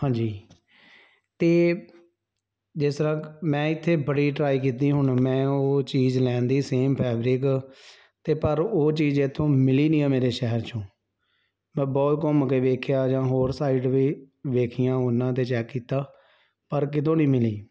ਹਾਂਜੀ ਅਤੇ ਜਿਸ ਤਰ੍ਹਾਂ ਕ ਮੈਂ ਇੱਥੇ ਬੜੀ ਟਰਾਈ ਕੀਤੀ ਹੁਣ ਮੈਂ ਉਹ ਚੀਜ਼ ਲੈਣ ਦੀ ਸੇਮ ਫੈਬਰਿਕ ਤੇ ਪਰ ਉਹ ਚੀਜ਼ ਇੱਥੋਂ ਮਿਲੀ ਨਹੀਂ ਹੈ ਮੇਰੇ ਸ਼ਹਿਰ 'ਚੋਂ ਮੈਂ ਬਹੁਤ ਘੁੰਮ ਕੇ ਵੇਖਿਆ ਜਾਂ ਹੋਰ ਸਾਈਡ ਵੀ ਵੇਖੀਆਂ ਉਹਨਾਂ 'ਤੇ ਚੈੱਕ ਕੀਤਾ ਪਰ ਕਿਤੋਂ ਨਹੀਂ ਮਿਲੀ